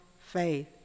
faith